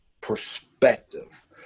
perspective